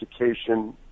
education